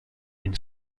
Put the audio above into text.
une